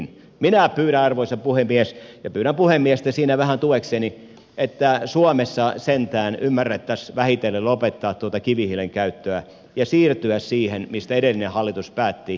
minä pyydän arvoisa puhemies ja pyydän puhemiestä siinä vähän tuekseni että suomessa sentään ymmärrettäisiin vähitellen lopettaa tuota kivihiilen käyttöä ja siirtyä siihen mistä edellinen hallitus päätti